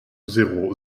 zéro